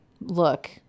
look